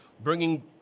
bringing